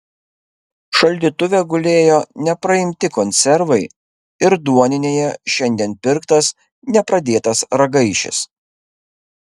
šaldytuve gulėjo nepraimti konservai ir duoninėje šiandien pirktas nepradėtas ragaišis